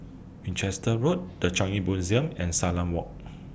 Winchester Road The Changi Museum and Salam Walk